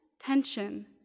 tension